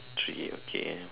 three okay